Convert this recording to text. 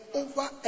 over